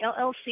LLC